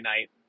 night